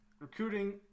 recruiting